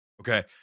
Okay